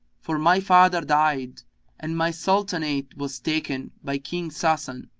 for my father died and my sultanate was taken by king sasan.